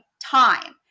time